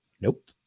Nope